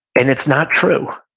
and it's not true.